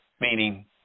meaning